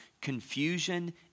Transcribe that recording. confusion